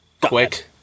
quick—